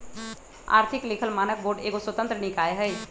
आर्थिक लिखल मानक बोर्ड एगो स्वतंत्र निकाय हइ